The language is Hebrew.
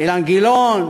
אילן גילאון?